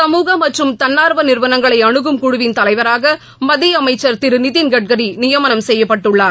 சமூக மற்றும் தன்னார்வ நிறுவனங்களை அணுகும் குழுவிள் தலைவராக மத்திய அமைச்சர் திரு நிதின்கட்கரி நியமனம் செய்யப்பட்டுள்ளார்